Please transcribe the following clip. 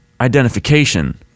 identification